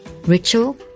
Ritual